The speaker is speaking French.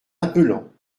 appelant